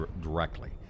directly